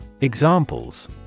Examples